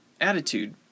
attitude